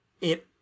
it